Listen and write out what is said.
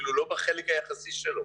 אפילו לא בחלק היחסי שלו.